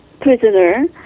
prisoner